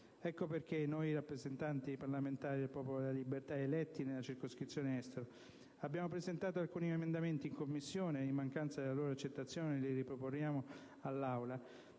Ecco perché noi rappresentanti parlamentari del Popolo della Libertà eletti nella circoscrizione Estero abbiamo presentato alcuni emendamenti in Commissione (ed in mancanza della loro accettazione li riproponiamo in